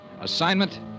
Assignment